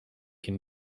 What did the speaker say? can